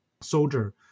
soldier